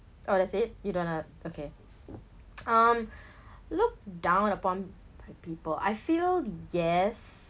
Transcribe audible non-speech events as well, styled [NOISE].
oh that's it you don't wanna okay [NOISE] um looked down upon by people I feel yes